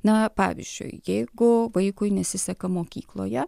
na pavyzdžiui jeigu vaikui nesiseka mokykloje